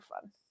fun